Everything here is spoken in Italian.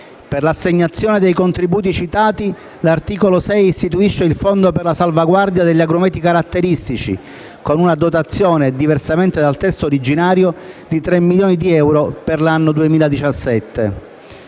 Per l'assegnazione dei contributi citati, l'articolo 6 istituisce il Fondo per la salvaguardia degli agrumeti caratteristici, con una dotazione, diversamente dal testo originario, di 3 milioni di euro per l'anno 2017.